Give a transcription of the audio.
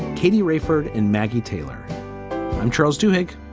katie raeford and maggie taylor i'm charles duhigg.